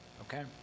okay